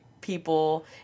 people